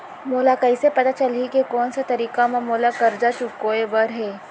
मोला कइसे पता चलही के कोन से तारीक म मोला करजा चुकोय बर हे?